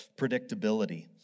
predictability